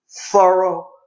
thorough